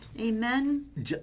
Amen